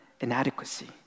inadequacy